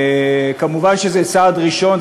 מובן שזה צעד ראשון,